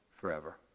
forever